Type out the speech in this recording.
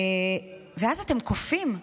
ואז אתם קופאים,